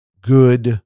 good